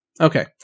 Okay